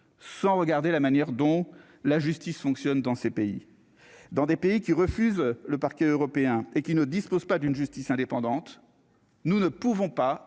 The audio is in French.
sans regarder la manière dont la justice fonctionne dans ces pays, dans des pays qui refusent le parquet européen et qui ne dispose pas d'une justice indépendante, nous ne pouvons pas